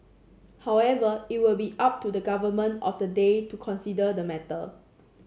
however it will be up to the government of the day to consider the matter